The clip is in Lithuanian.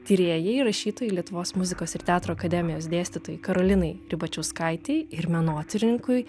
tyrėjai rašytojai lietuvos muzikos ir teatro akademijos dėstytojai karolinai ribačiauskaitei ir menotyrininkui